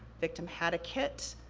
victim had a kit,